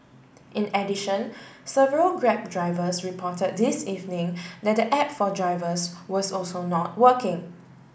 in addition several Grab drivers report this evening that the app for drivers was also not working